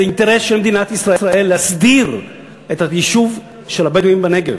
זה אינטרס של מדינת ישראל להסדיר את היישוב של הבדואים בנגב.